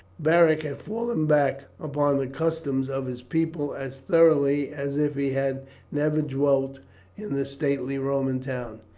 beric had fallen back upon the customs of his people as thoroughly as if he had never dwelt in the stately roman town.